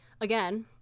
again